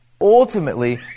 ultimately